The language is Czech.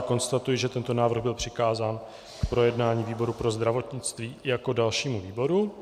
Konstatuji, že tento návrh byl přikázán k projednání výboru pro zdravotnictví jako dalšímu výboru.